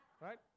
Right